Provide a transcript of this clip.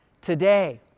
Today